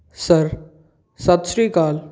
sir ਸਤਿ ਸ਼੍ਰੀ ਅਕਾਲ